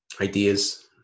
ideas